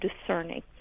discerning